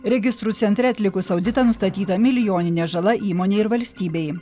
registrų centre atlikus auditą nustatyta milijoninė žala įmonei ir valstybei